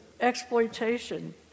exploitation